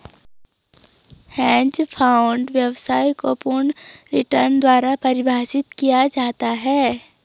hedge fund व्यवसाय को पूर्ण रिटर्न द्वारा परिभाषित किया जाता है